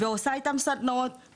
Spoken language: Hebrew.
ועושה איתם סדנאות,